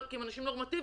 הם אנשים נורמטיביים,